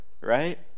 Right